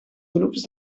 grups